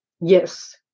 Yes